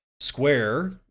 Square